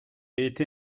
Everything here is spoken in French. été